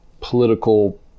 political